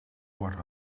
what